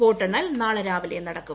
വോട്ടെണ്ണൽ നാളെ രാവിലെ നടക്കും